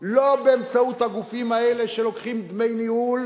לא באמצעות הגופים האלה שלוקחים דמי ניהול,